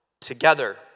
together